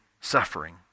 Suffering